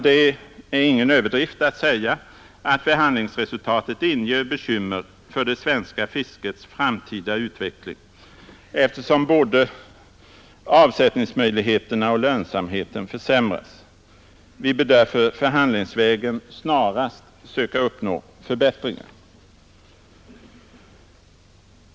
Det är ingen överdrift att säga att förhandlingsresultatet inger bekymmer för det svenska fiskets framtida utveckling, eftersom både avsättningsmöjligheterna och lönsamheten försämras. Vi bör därför förhandlingsvägen snarast söka uppnå förbättringar.